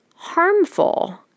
harmful